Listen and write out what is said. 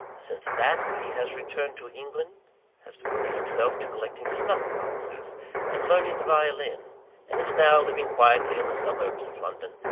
since that, he has returned to england has devoted himself to collecting snuff-boxes and learning the violin and is now living quietly in the suburbs of london,